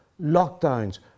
lockdowns